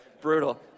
Brutal